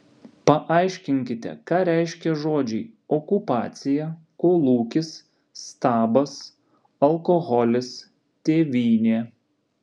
paaiškinkite ką reiškia žodžiai okupacija kolūkis stabas alkoholis tėvynė